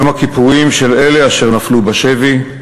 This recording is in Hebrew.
יום הכיפורים של אלה אשר נפלו בשבי,